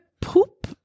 poop